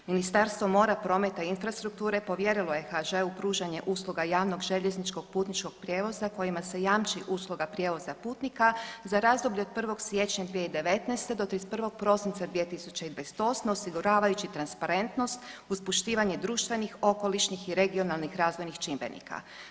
Ministarstvo mora, prometa i infrastrukture povjerilo je HŽ-u pružanje usluga javnog željezničkog putničkog prijevoza kojima se jamči usluga prijevoza putnika za razdoblje od 1. siječnja 2019. do 31. prosinca 2028. osiguravajući transparentnost uz poštivanje društvenih, okolišnih i regionalnih razvojnih čimbenika.